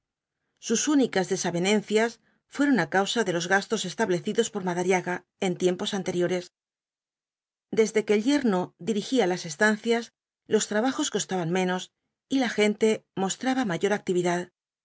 sus únicas desavenencias fueron á causa de los gastos establecidos por madariaga en tiempos anteriores desde que el yerno dirigía las estancias los trabajos costaban menos y la gente mostraba mayor actividad